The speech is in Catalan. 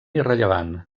irrellevant